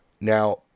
Now